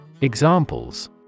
Examples